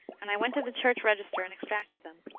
and i went to the church register and extracted them.